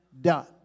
done